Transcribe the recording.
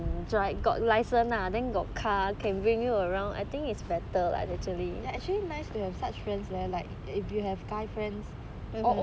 actually nice to have such friends leh like if you have guy